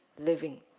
living